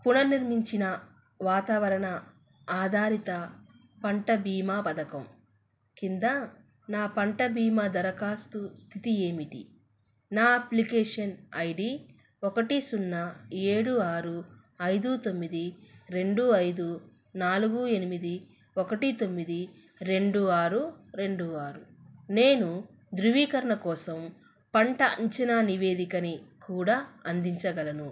పునర్నిర్మించిన వాతావరణ ఆధారిత పంట భీమా పథకం కింద నా పంట భీమా దరఖాస్తు స్థితి ఏమిటి నా అప్లికేషన్ ఐడి ఒకటి సున్నా ఏడు ఆరు ఐదు తొమ్మిది రెండు ఐదు నాలుగు ఎనిమిది ఒకటి తొమ్మిది రెండు ఆరు రెండు ఆరు నేను ధృవీకరణ కోసం పంట అంచనా నివేదికని కూడా అందించగలను